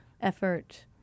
effort